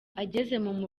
ageze